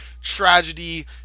Tragedy